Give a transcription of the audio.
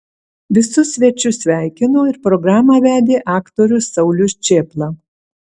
visus svečius sveikino ir programą vedė aktorius saulius čėpla